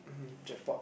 mmhmm jackpot